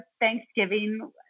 Thanksgiving